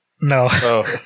No